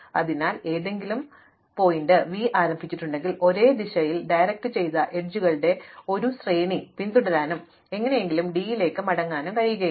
അതിനാൽ ഞാൻ ഏതെങ്കിലും ശീർഷകം V ആരംഭിച്ചിട്ടുണ്ടെങ്കിൽ ഒരേ ദിശയിൽ സംവിധാനം ചെയ്ത അരികുകളുടെ ഒരു ശ്രേണി പിന്തുടരാനും എങ്ങനെയെങ്കിലും d ലേക്ക് മടങ്ങാനും എനിക്ക് കഴിയില്ല